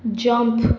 jump